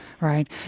Right